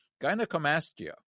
gynecomastia